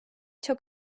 çok